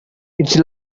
its